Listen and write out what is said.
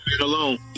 alone